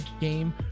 game